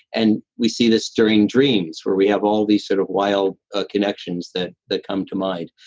and we see this during dreams where we have all these sort of wild ah connections that that come to mind.